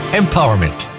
empowerment